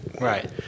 right